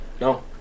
No